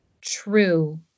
true